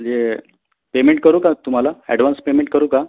जे पेमेंट करू का तुम्हाला ॲडव्हांस पेमेंट करू का